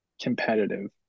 competitive